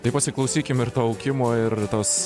tai pasiklausykim ir to ūkimo ir tos